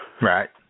Right